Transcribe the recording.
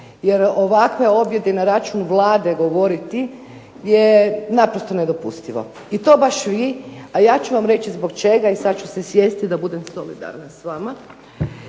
jer ovakve objede na račun Vlade govoriti je naprosto nedopustivo i to baš vi, a ja ću vam reći zbog čega i sad ću se sjesti da budem solidarna s vama.